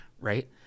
right